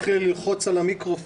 על פי בקשתו של חבר הכנסת יצחק